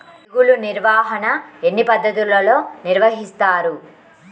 తెగులు నిర్వాహణ ఎన్ని పద్ధతులలో నిర్వహిస్తారు?